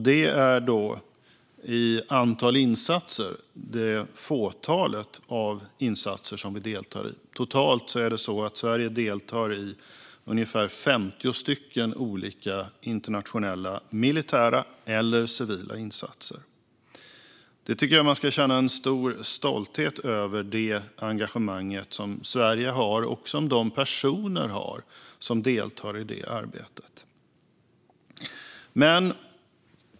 Det är ett fåtal insatser som vi deltar i - totalt deltar Sverige i ungefär 50 olika internationella militära eller civila insatser. Jag tycker att man ska känna en stor stolthet över det engagemang som Sverige har och som de personer som deltar i detta arbete har.